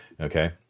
Okay